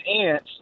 ants